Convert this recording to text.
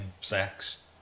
sex